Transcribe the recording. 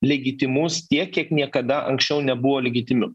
legitimus tiek kiek niekada anksčiau nebuvo legitimiu